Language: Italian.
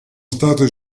state